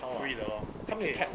free 的 lor 它没有